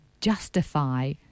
justify